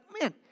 man